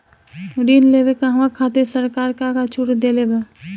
ऋण लेवे कहवा खातिर सरकार का का छूट देले बा?